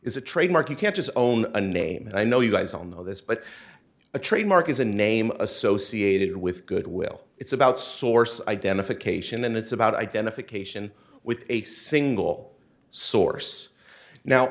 is a trademark you can't just own a name and i know you guys on this but a trademark is a name associated with goodwill it's about source identification and it's about identification with a single source now